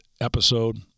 episode